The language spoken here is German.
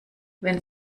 wenn